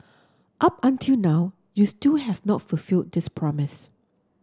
up until now you still have not fulfilled this promise